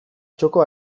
txoko